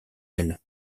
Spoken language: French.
elle